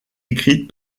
écrite